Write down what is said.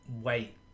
wait